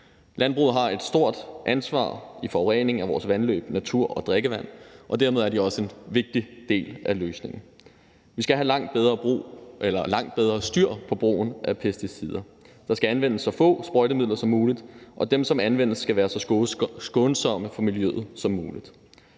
Landbruget har et stort ansvar for forureningen af vores vandløb, natur og drikkevand, og dermed er det også en vigtig del af løsningen. Vi skal have langt bedre styr på brugen af pesticider. Der skal anvendes så få sprøjtemidler som muligt, og dem, som anvendes, skal være så skånsomme for miljøet som muligt.